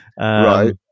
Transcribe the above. Right